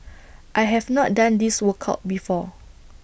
I have not done this workout before